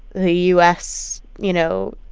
the u s, you know,